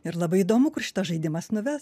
ir labai įdomu kur šitas žaidimas nuves